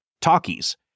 talkies